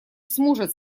сможет